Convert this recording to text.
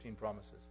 promises